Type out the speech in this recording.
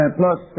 plus